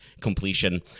completion